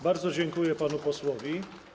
Bardzo dziękuję panu posłowi.